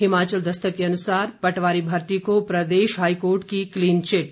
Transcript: हिमाचल दस्तक के अनुसार पटवारी भर्ती को प्रदेश हाईकोर्ट की क्लीनचिट